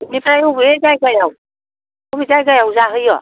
बेनिफ्राय अबे जायगायाव अबे जायगायाव जाहैयो